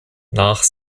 nach